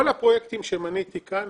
כל הפרויקטים שמניתי כאן,